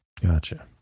Gotcha